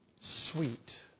sweet